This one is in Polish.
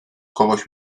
kogoś